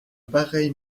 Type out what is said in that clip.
pareil